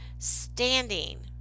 standing